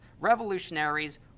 revolutionaries